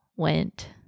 went